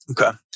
Okay